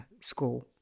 school